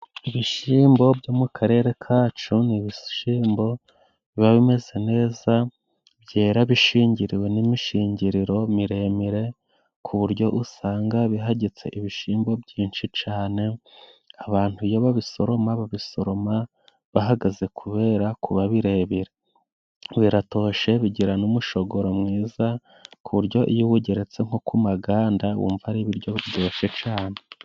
Ibishyimbo byo mu karere kacu ni ibishyimbo biba bimeze neza, byera bishingiriwe n'imishinngeriro miremire, ku buryo usanga bihagitse ibishimbo byinshi cyane. Abantu iyo babisoroma, babisoroma bahagaze kubera kuba birebera. Biratoshye bigira n' umushogoro mwiza ku buryo iyo uwugeretse nko ku maganda wumva ari ibiryo byoshye cyane.